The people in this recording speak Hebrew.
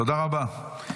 תודה רבה.